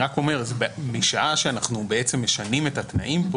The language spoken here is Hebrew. משעה שאנחנו משנים את התנאים,